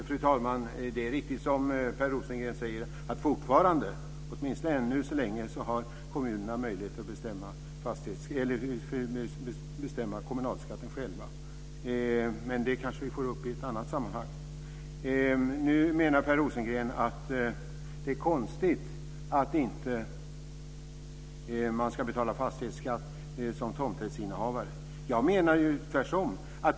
Fru talman! Det är riktigt som Per Rosengren säger, att kommunerna fortfarande har möjlighet att bestämma kommunalskatten själva. Men det kanske vi får ta upp i ett annat sammanhang. Per Rosengren menar att det är konstigt att man inte skulle betala fastighetsskatt som tomträttsinnehavare. Jag menar att det är tvärtom.